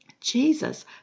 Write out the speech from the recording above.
Jesus